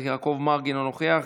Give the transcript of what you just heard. אינו נוכח,